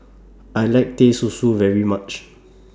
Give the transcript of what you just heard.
I like Teh Susu very much